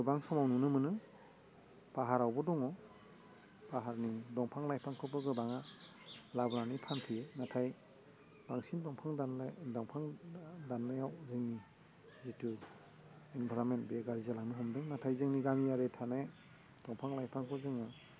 गोबां समाव नुनो मोनो फाहारावबो दङ फाहारनि दंफां लाइफांखौबो गोबाङा लाबोनानै फानफैयो नाथाय बांसिन दंफां दान्नाय दंफां दान्नायाव जोंनि जिथु इनभारमेन्ट बे गाज्रि जांलांनो हमदों नाथाय जोंनि गामियारि थानाय दंफां लाइफांखौ जोङो